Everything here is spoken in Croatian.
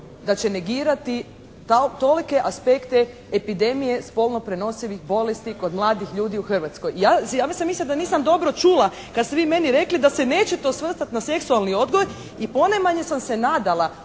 da će negirati tolike aspekte epidemije spolno prenosivih bolesti kod mladih ljudi u Hrvatskoj. Ja sam mislila da nisam dobro čula kad ste vi meni rekli da se nećete osvrtati na seksualni odgoj i ponajmanje sam se nadala